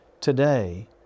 Today